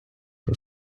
про